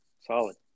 Solid